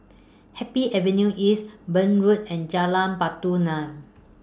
Happy Avenue East Burn Road and Jalan Batu Nilam